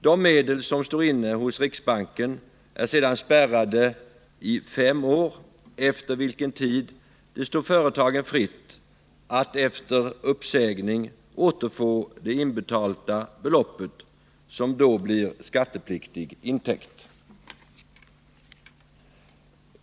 De medel som står inne i riksbanken är sedan spärrade i fem år, efter vilken tid det står företagen fritt att efter uppsägning återfå det inbetalda beloppet, som då blir skattepliktig intäkt.